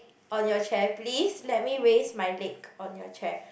on your chair please let me raise my leg on your chair